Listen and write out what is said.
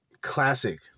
Classic